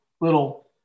little